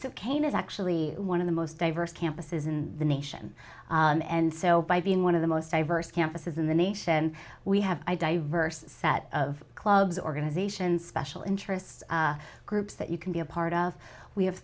is actually one of the most diverse campuses in the nation and so by being one of the most diverse campuses in the nation we have diverse set of clubs organizations special interests groups that you can be a part of we have